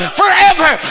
forever